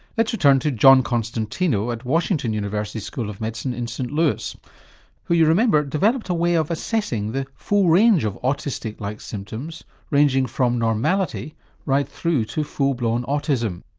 let's return to john constantino at washington university school of medicine in st louis who you remember developed a way of assessing the full range of autistic like symptoms ranging from normality right through to full blown autism.